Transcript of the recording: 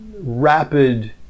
rapid